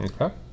Okay